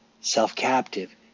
self-captive